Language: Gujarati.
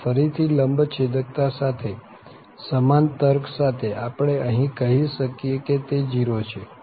અને ફરી થી લંબચ્છેકતા સાથે સમાન તર્ક સાથે આપણે કહી શકીએ કે તે 0 છે